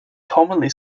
commonly